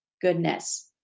goodness